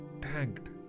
thanked